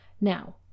Now